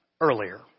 earlier